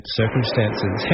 circumstances